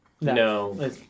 No